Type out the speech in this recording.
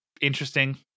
interesting